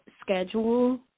schedule